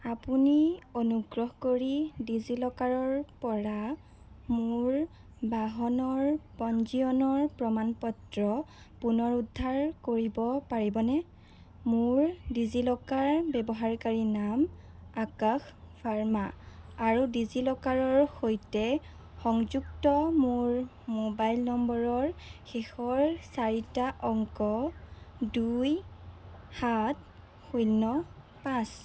আপুনি অনুগ্ৰহ কৰি ডিজি লকাৰৰ পৰা মোৰ বাহনৰ পঞ্জীয়নৰ প্ৰমাণ পত্ৰ পুনৰুদ্ধাৰ কৰিব পাৰিবনে মোৰ ডিজি লকাৰ ব্যৱহাৰকাৰী নাম আকাশ ভাৰ্মা আৰু ডিজি লকাৰৰ সৈতে সংযুক্ত মোৰ মোবাইল নম্বৰৰ শেষৰ চাৰিটা অংক দুই সাত শূণ্য পাঁচ